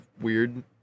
weird